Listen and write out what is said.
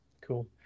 Cool